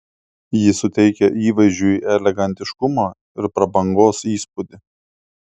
ji suteikia įvaizdžiui elegantiškumo ir prabangos įspūdį